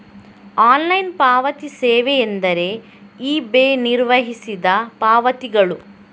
online ಪಾವತಿ ಸೇವೆಯೆಂದರೆ eBay ನಿರ್ವಹಿಸಿದ ಪಾವತಿಗಳು